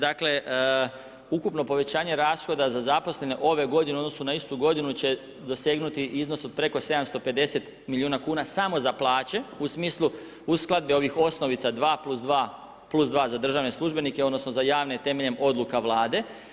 Dakle ukupno povećanje rashoda za zaposlene ove godine u odnosu na istu godinu će dosegnuti od preko 750 milijuna kuna samo za plaće u smislu uskladbe ovih osnovica 2+2+2 za državne službenike, odnosno za javne temeljem odluka Vlade.